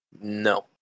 No